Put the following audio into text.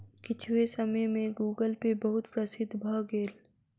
किछुए समय में गूगलपे बहुत प्रसिद्ध भअ भेल